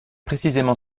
précisément